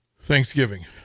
Thanksgiving